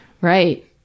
Right